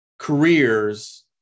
careers